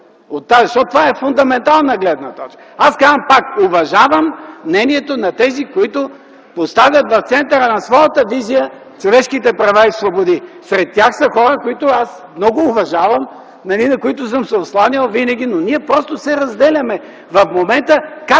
са. От тази фундаментална гледна точка казвам пак: уважавам мнението на тези, които поставят в центъра на своята визия човешките права и свободи. Сред тях са хора, които много уважавам, на които съм се осланял, но ние просто се разделяме в момента